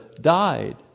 died